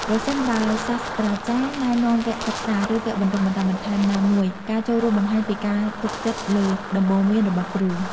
ប្រសិនបើសាស្រ្តាចារ្យណែនាំវគ្គសិក្សា ឬវគ្គបណ្តុះបណ្តាលបន្ថែមណាមួយ ការចូលរួមបង្ហាញពីការទុកចិត្តលើដំបូន្មានរបស់គ្រូ។